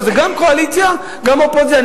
זה גם קואליציה, גם אופוזיציה.